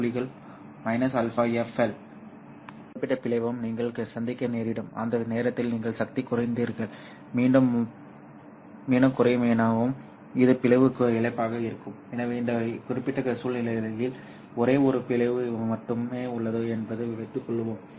இடையே ஒரு குறிப்பிட்ட பிளவையும் நீங்கள் சந்திக்க நேரிடும் அந்த நேரத்தில் நீங்கள் சக்தி குறைந்துவிட்டீர்கள் பின்னர் மீண்டும் குறையும் எனவே இது பிளவு இழப்பாக இருக்கும் எனவே இந்த குறிப்பிட்ட சூழ்நிலையில் ஒரே ஒரு பிளவு மட்டுமே உள்ளது என்று வைத்துக் கொள்வோம்